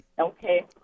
Okay